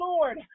Lord